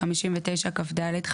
59כד,